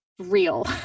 Real